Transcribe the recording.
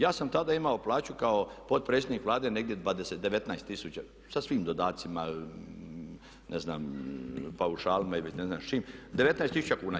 Ja sam tada imao plaću kao potpredsjednik Vlade negdje 19 tisuća, sa svim dodacima, ne znam, paušalima i ne znam s čime, 19 tisuća kuna.